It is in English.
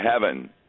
heaven